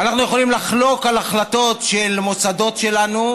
על החלטות של מוסדות שלנו,